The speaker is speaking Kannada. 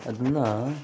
ಅದನ್ನು